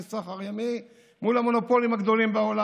סחר ימי מול המונופולים הגדולים בעולם.